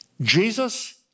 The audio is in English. Jesus